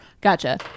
Gotcha